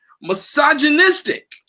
misogynistic